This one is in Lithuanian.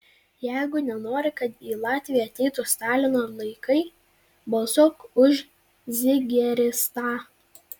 jeigu nenori kad į latviją ateitų stalino laikai balsuok už zigeristą